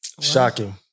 Shocking